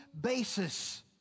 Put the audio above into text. basis